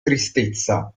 tristezza